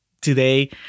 today